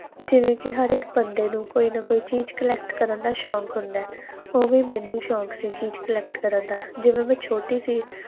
ਜਿਵੇਂ ਕਿ ਹਰ ਇੱਕ ਬੰਦੇ ਨੂੰ ਕੋਈ ਨਾ ਕੋਈ ਚੀਜ਼ ਕਲੈਕਟ ਕਰਨ ਦਾ ਸ਼ੌਂਕ ਹੁੰਦਾ ਉਵੇਂ ਮੈਨੂੰ ਸ਼ੌਂਕ ਸੀ ਚੀਜ਼ ਕਲੈਕਟ ਕਰਨ ਦਾ ਜਿਵੇਂ ਮੈਂ ਛੋਟੀ ਸੀ